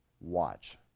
Watch